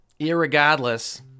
irregardless